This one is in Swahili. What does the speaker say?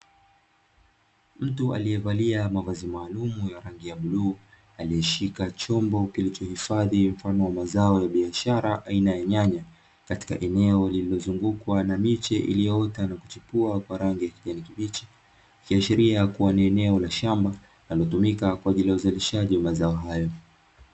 Mtu aliyevalia mavazi maalumu yenye rangi ya bluu, aliyeshika chombo kilichohifadhi mfano wa mazao ya biashara aina ya nyanya, katika eneo lililozungukwa na miche iliyoota na kuchipua kwa rangi ya kijani kibichi; ikiashiria kuwa ni eneo la shamba linalotumika kwa ajili ya uzalishaji wa mazao hayo.